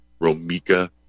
Romika